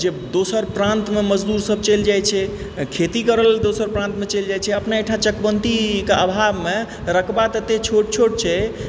जे दोसर प्रान्तमे मजदूरसभ चलि जाइत छै खेती करऽ लेल दोसर प्रान्तमे चलि जाइत छै अपना अहिठाम चकबन्दीके आभावमे रकवा ततेक छोट छोट छै